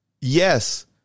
yes